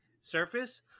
surface